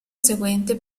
seguente